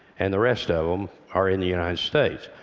and the rest of them are in the united states.